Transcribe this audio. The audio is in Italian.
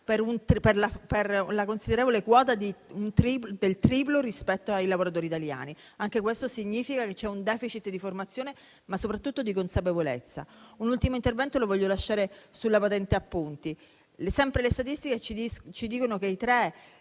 per la considerevole quota del triplo rispetto ai lavoratori italiani; anche questo significa che c'è un *deficit* di formazione, ma soprattutto di consapevolezza. Un ultimo accenno lo voglio dedicare alla patente a punti; sempre le statistiche ci dicono che i tre